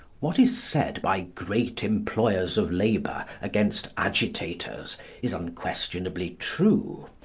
what is said by great employers of labour against agitators is unquestionably true.